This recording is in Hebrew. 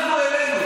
אנחנו העלינו.